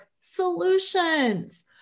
solutions